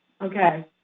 Okay